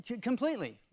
Completely